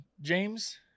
James